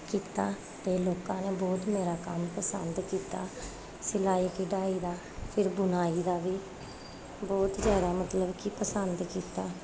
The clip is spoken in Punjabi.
ਕੀਤਾ ਅਤੇ ਲੋਕਾਂ ਨੇ ਬਹੁਤ ਮੇਰਾ ਕੰਮ ਪਸੰਦ ਕੀਤਾ ਸਿਲਾਈ ਕਢਾਈ ਦਾ ਫਿਰ ਬੁਣਾਈ ਦਾ ਵੀ ਬਹੁਤ ਜ਼ਿਆਦਾ ਮਤਲਬ ਕਿ ਪਸੰਦ ਕੀਤਾ